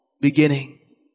beginning